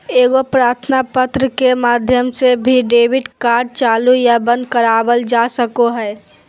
एगो प्रार्थना पत्र के माध्यम से भी डेबिट कार्ड चालू या बंद करवावल जा सको हय